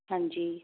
ਹਾਂਜੀ